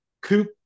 Coop